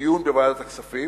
דיון בוועדת הכספים,